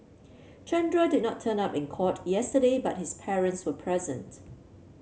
Chandra did not turn up in court yesterday but his parents were present